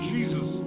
Jesus